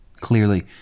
Clearly